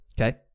Okay